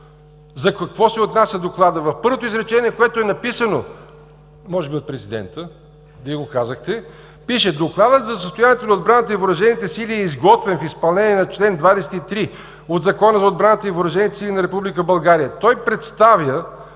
за какво се отнася докладът. В първото изречение, което е написано, може би от президента, Вие го казахте, пише: „Докладът за състоянието на отбраната и въоръжените сили е изготвен в изпълнение на чл. 23 от Закона за отбраната и въоръжените сили на Република